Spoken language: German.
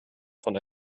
von